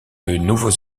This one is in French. nouveaux